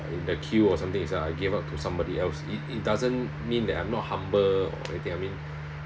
in the queue or something itself I gave up to somebody else it it doesn't mean that I'm not humble or anything I mean